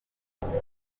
bahamya